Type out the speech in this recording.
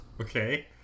Okay